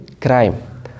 crime